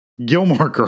Gilmore